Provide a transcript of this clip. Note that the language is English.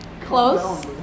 Close